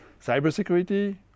cybersecurity